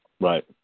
Right